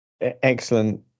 Excellent